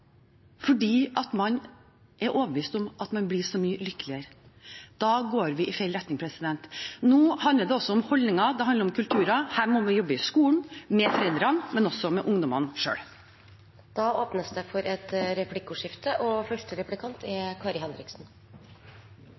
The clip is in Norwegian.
fordi man er overbevist om at man blir så mye lykkeligere, går vi i feil retning. Nå handler det også om holdninger. Det handler om kulturer. Her må vi jobbe i skolen, med foreldrene, men også med ungdommene selv. Det blir replikkordskifte. Denne høyreregjeringa har en handlingsvegring som er